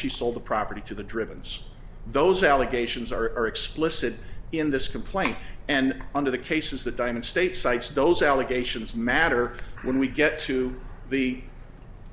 she sold the property to the driven so those allegations are explicit in this complaint and under the cases the dyna state cites those allegations matter when we get to the